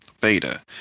Beta